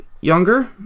younger